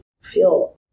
feel